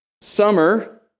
summer